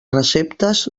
receptes